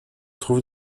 trouve